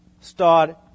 start